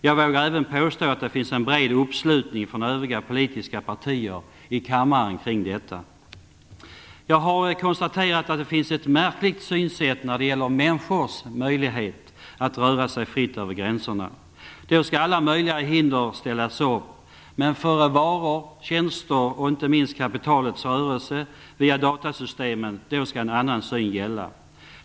Jag vågar även påstå att det finns en bred uppslutning från övriga politiska partier i kammaren kring detta. Jag har konstaterat att det finns ett märkligt synsätt när det gäller människors möjlighet att röra sig fritt över gränserna. Då skall alla möjliga hinder ställas upp. Men för varor, tjänster och inte minst kapitalets rörelse via datasystemen, skall en annan syn gälla.